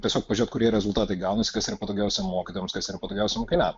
tiesiog pažiūrėt kurie rezultatai gaunasi kas yra patogiausia mokytojams kas yra patogiausia mokiniam